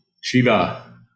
shiva